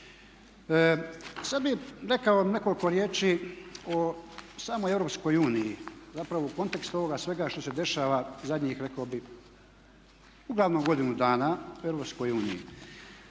Sada bih rekao nekoliko riječi o samoj Europskoj uniji. Zapravo u kontekstu ovoga svega što se dešava zadnjih rekao bih uglavnom godinu dana u Europskoj uniji.